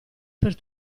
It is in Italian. per